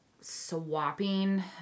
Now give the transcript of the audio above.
swapping